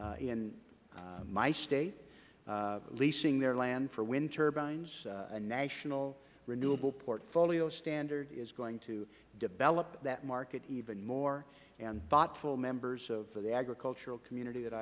in my state leasing their land for wind turbines a national renewable portfolio standard is going to develop that market even more and thoughtful members of the agricultural community that